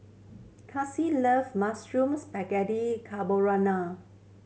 love Mushroom Spaghetti Carbonara